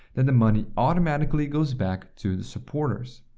and the money automatically goes back to the supporters.